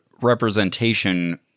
representation